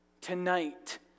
tonight